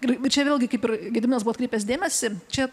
bet čia vėlgi kaip ir gediminas buvo atkreipęs dėmesį čia